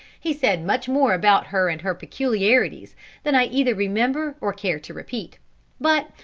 he said much more about her and her peculiarities than i either remember or care to repeat but,